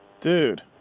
Dude